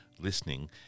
listening